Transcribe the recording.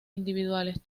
individuales